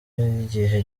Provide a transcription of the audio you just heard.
y’igihe